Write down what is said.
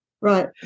Right